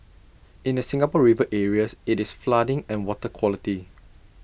in the Singapore river areas IT is flooding and water quality